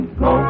go